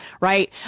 right